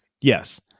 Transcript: Yes